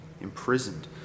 imprisoned